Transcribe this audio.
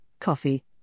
coffee